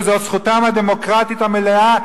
וזאת זכותם הדמוקרטית המלאה,